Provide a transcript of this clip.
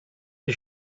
his